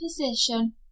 position